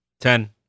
Ten